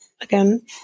again